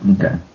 Okay